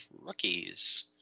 rookies